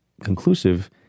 conclusive